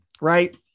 Right